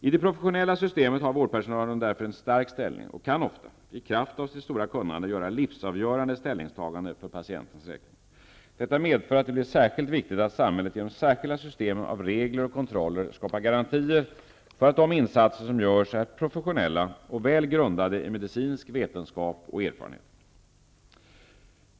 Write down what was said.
I det professionella systemet har vårdpersonalen därför en stark ställning och kan ofta -- i kraft av sitt stora kunnande -- göra livsavgörande ställningstaganden för patientens räkning. Detta medför att det blir särskilt viktigt att samhället genom särskilda system av regler och kontroller skapar garantier för att insatser som görs är professionella och väl grundade i medicinsk vetenskap och erfarenhet.